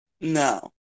No